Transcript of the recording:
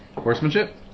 Horsemanship